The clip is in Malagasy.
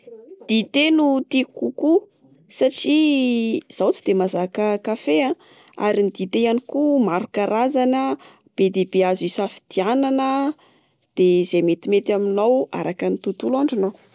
Dite no tiko kokoa satria izaho tsy de mahazaka kafé aho. Ary ny dite ihany koa maro karazana, bedebe azo isafidianana de izay metimety aminao araka ny tontolo andronao.